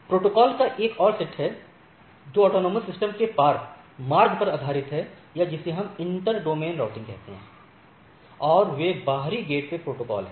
protocol का एक और सेट है जो स्वायत्त प्रणाली के पार मार्ग पर आधारित है या जिसे हम इंटर डोमेन राउटिंग कहते हैं और वे बाहरी गेटवे प्रोटोकॉल हैं